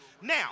Now